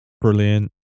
brilliant